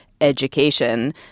education